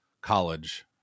College